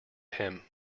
him